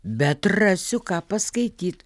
bet rasiu ką paskaityt